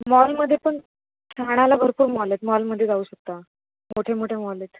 मॉलमधे पण ठाण्याला भरपूर मॉल आहेत मॉलमध्ये जाऊ शकता मोठे मोठे मॉल आहेत